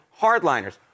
hardliners